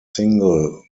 single